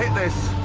this.